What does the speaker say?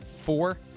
Four